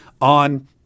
on